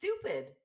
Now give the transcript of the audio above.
stupid